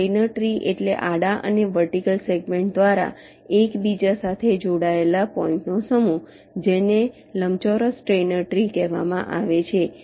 Steiner tree એટલે આડા અને વર્ટિકલ સેગમેન્ટ્સ દ્વારા એકબીજા સાથે જોડાયેલા પોઈન્ટનો સમૂહ જેને લંબચોરસ સ્ટેઈનર ટ્રી કહેવામાં આવે છે